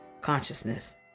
consciousness